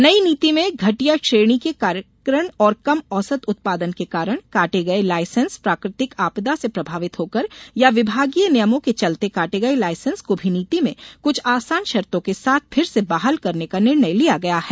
नई नीति में घटिया श्रेणी के कारण और कम औसत उत्पादन के कारण काटे गये लायसेन्स प्राकृतिक आपदा से प्रभावित होकर या विभागीय नियमों के चलते काटे गये लायसेन्स को भी नीति में कुछ आसान शर्तो के साथ फिर से बहाल करने का निर्णय लिया गया है